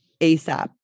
ASAP